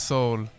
Soul